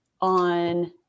on